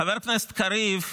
חבר הכנסת קריב,